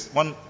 one